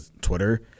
Twitter